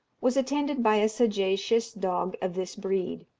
was attended by a sagacious dog of this breed.